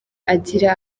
agira